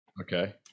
Okay